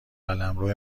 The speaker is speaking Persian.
قلمروه